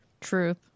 truth